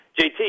JT